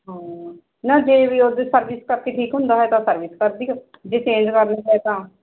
ਨਾ ਜੇ ਵੀ ਉਹਦੇ ਸਰਵਿਸ ਕਰਕੇ ਠੀਕ ਹੁੰਦਾ ਹੈ ਤਾਂ ਸਰਵਿਸ ਕਰਦੇਓ ਜੇ ਚੇਂਜ ਕਰ ਤਾਂ